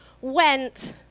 went